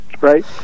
right